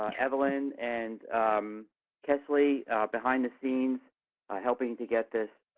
um evelyn and kesley behind the scenes helping to get this